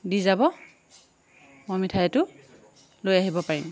দি যাব মই মিঠাইটো লৈ আহিব পাৰিম